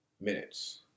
minutes